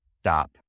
stop